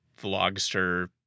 vlogster